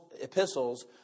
epistles